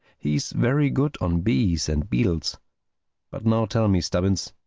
he's very good on bees and beetles but now tell me, stubbins,